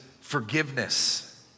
forgiveness